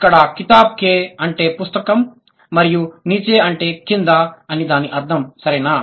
ఇక్కడ కితాబ్ కే అంటే పుస్తకం మరియు నీచే అంటే కింద అని దాని అర్థం సరేనా